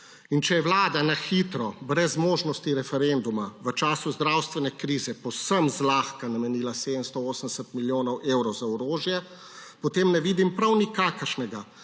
Če je Vlada na hitro, brez možnosti referenduma v času zdravstvene krize povsem zlahka namenila 780 milijonov evrov za orožje, potem ne vidim prav nikakršnega,